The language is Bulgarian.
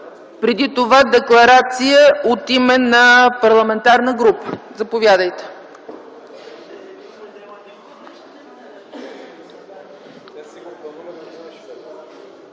Преди това, декларация от името на парламентарна група. Заповядайте.